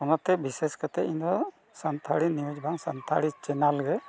ᱚᱱᱟᱛᱮ ᱵᱤᱥᱮᱥ ᱠᱟᱛᱮᱫ ᱤᱧᱫᱚ ᱥᱟᱱᱛᱟᱲᱤ ᱱᱤᱭᱩᱡᱽ ᱵᱟᱝ ᱥᱟᱱᱛᱟᱲᱤ ᱪᱮᱱᱮᱞ ᱜᱮ